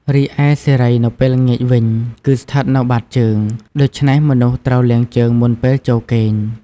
រីឯសិរីនៅពេលល្ងាចវិញ គឺស្ថិតនៅបាតជើង ដូច្នេះមនុស្សត្រូវលាងជើងមុនពេលចូលគេង។